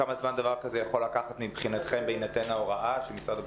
כמה זמן דבר כזה יכול לקחת מבחינתכם בהינתן ההוראה של משרד הבריאות.